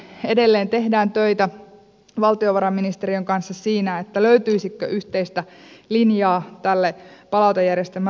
edelleen tehdään töitä valtiovarainministeriön kanssa siinä löytyisikö yhteistä linjaa palautejärjestelmän rakentamisessa